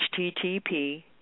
http